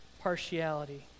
partiality